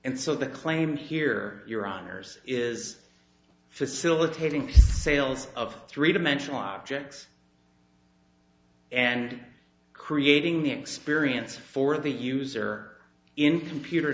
and so the claim here your honour's is facilitating sales of three dimensional objects and creating the experience for the user in computer